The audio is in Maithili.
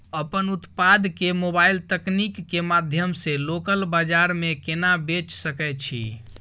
अपन उत्पाद के मोबाइल तकनीक के माध्यम से लोकल बाजार में केना बेच सकै छी?